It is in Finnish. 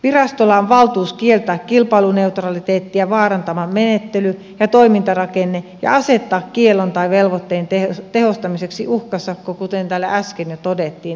virastolla on valtuus kieltää kilpailuneutraliteettia vaarantava menettely ja toimintarakenne ja asettaa kiellon tai velvoitteen tehostamiseksi uhkasakko kuten täällä äsken jo todettiin esimerkkinä